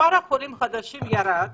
ב-6 באוגוסט מספר החולים החדשים ירד